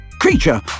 creature